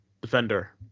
Defender